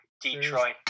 Detroit